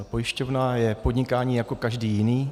Pojišťovna je podnikání jako každé jiné.